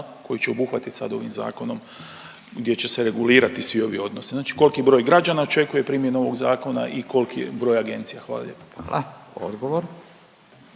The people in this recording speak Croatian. koji će obuhvatit sad ovim zakonom gdje će se regulirati svi ovi odnosi. Znači koliki broj građana očekuje primjenu ovog zakona i koliki je broj agencija. Hvala lijepo. **Radin,